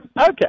Okay